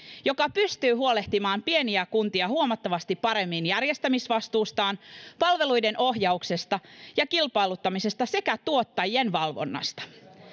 joka pystyy huolehtimaan pieniä kuntia huomattavasti paremmin järjestämisvastuustaan palveluiden ohjauksesta ja kilpailuttamisesta sekä tuottajien valvonnasta